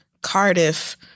Cardiff